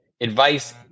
advice